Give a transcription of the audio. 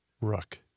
Rook